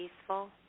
peaceful